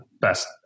best